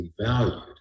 valued